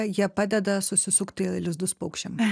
jie padeda susisukti lizdus paukščiam